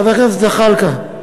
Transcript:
חבר הכנסת זחאלקה,